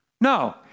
No